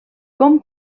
com